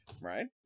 Right